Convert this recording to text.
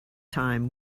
time